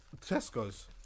Tesco's